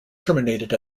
terminated